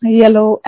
yellow